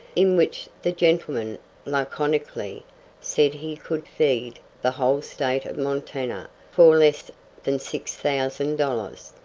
in which the gentleman laconically said he could feed the whole state of montana for less than six thousand dollars.